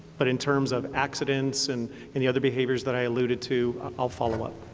but in terms of accidents and any other behaviors that i alluded to, i'll follow up.